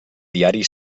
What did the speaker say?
diari